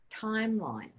timeline